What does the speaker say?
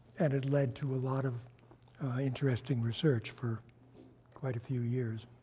and it led to a lot of interesting research for quite a few years.